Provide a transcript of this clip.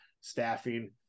staffing